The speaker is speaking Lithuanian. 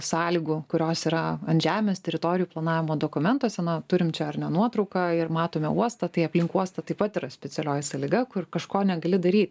sąlygų kurios yra ant žemės teritorijų planavimo dokumentuose na turim čia nuotrauką ir matome uostą tai aplink uostą taip pat yra specialioji sąlyga kur kažko negali daryt